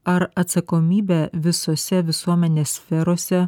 ar atsakomybę visose visuomenės sferose